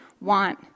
want